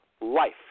life